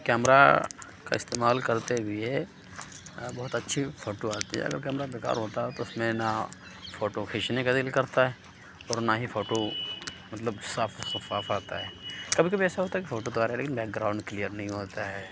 camera کا استعمال کرتے بھی ہے بہت اچھی فوٹو آتی ہے اگر کیمرہ بیکار ہوتا ہے تو اس میں نہ فوٹو کھینچنے کا دل کرتا ہے اور نہ ہی فوٹو مطلب صاف و شفاف آتا ہے کبھی کبھی ایسا ہوتا ہے کہ فوٹو تو آ رہا ہے لیکن بیک گراؤنڈ کلیئر نہیں ہوتا ہے